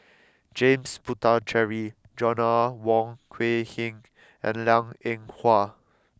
James Puthucheary Joanna Wong Quee Heng and Liang Eng Hwa